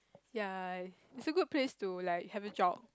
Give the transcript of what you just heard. ya like is a good place to like have a job